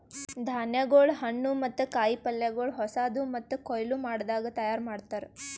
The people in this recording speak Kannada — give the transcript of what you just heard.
ಧಾನ್ಯಗೊಳ್, ಹಣ್ಣು ಮತ್ತ ಕಾಯಿ ಪಲ್ಯಗೊಳ್ ಹೊಸಾದು ಮತ್ತ ಕೊಯ್ಲು ಮಾಡದಾಗ್ ತೈಯಾರ್ ಮಾಡ್ತಾರ್